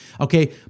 Okay